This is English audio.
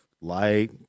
light